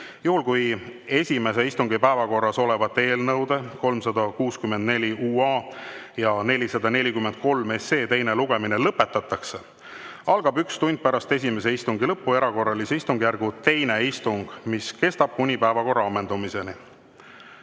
Juhul kui esimese istungi päevakorras olevate eelnõude 364 ja 443 teine lugemine lõpetatakse, algab üks tund pärast esimese istungi lõppu erakorralise istungjärgu teine istung, mis kestab kuni päevakorra ammendumiseni.